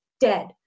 dead